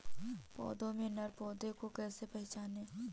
पौधों में नर पौधे को कैसे पहचानें?